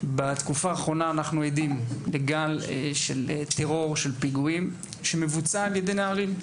בתקופה האחרונה אנחנו עדים לגל טרור ופיגועים שמבוצע על ידי נערים.